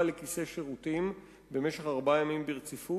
לכיסא שירותים במשך ארבעה ימים ברציפות,